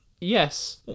Yes